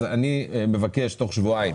אני מבקש תוך שבועיים